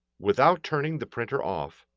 without turning the printer off,